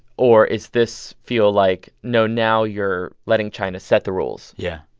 or is this feel like, no, now you're letting china set the rules? yeah.